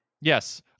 Yes